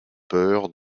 peurs